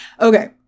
Okay